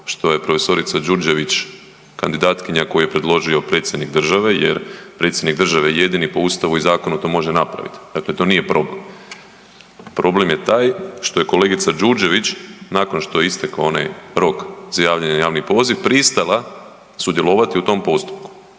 što je prof. Đurđević kandidatkinja koju je predložio predsjednik države jer predsjednik države jedini po Ustavu i zakonu to može napraviti, dakle to nije problem. Problem je taj što je kolegica Đurđević nakon što je istekao onaj rok za javljanje na javni poziv pristala sudjelovati u tom postupku,